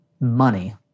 money